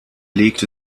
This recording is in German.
legte